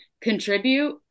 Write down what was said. contribute